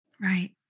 Right